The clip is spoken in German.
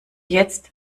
jetzt